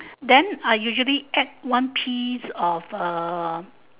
then I usually add one piece of uh